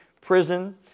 prison